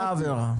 אותה עבירה.